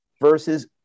versus